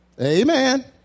Amen